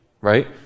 right